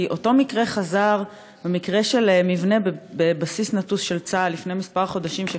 כי אותו מקרה חזר במבנה בבסיס נטוש של צה"ל לפני כמה חודשים.